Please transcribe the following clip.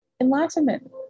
Enlightenment